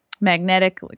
magnetic